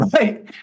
right